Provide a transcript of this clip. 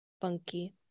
funky